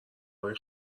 های